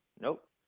Nope